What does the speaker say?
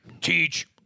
Teach